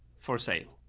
for sale.